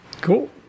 cool